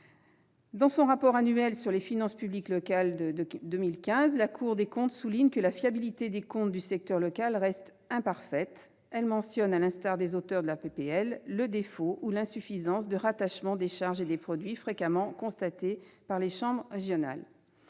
Dans son rapport annuel sur les finances publiques locales de 2015, la Cour des comptes souligne que la fiabilité des comptes du secteur local reste « imparfaite ». Elle mentionne, à l'instar des auteurs de la proposition de loi, « le défaut ou l'insuffisance de rattachement des charges et des produits [...] fréquemment constaté par les chambres régionales